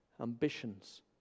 ambitions